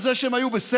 על זה שהם היו בסדר?